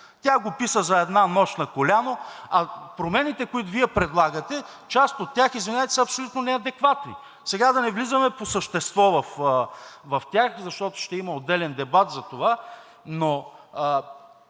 Тя го писа за една нощ на коляно. А промените, които Вие предлагате – част от тях, извинете, са абсолютно неадекватни. Сега да не влизаме по същество в тях, защото ще има отделен дебат за това, но